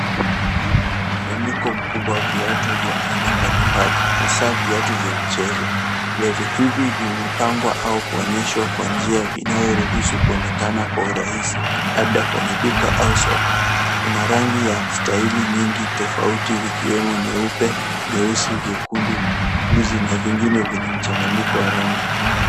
Hii ni mkusanyiko mkubwa wa viatu vya aina mbalimbali hasa viatu vya mchezo. Viatu hivi vimepangwa au kuonyeshwa kwa njia inayoruhusu kuonekana kwa urahisi labda kwenye duka au soko. Kuna rangi ya staili nyingi tofauti vikiwemo nyeupe, nyeusi, nyekundu na vingine vyenye mchanganyiko wa rangi.